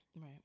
Right